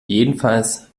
jedenfalls